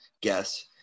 guess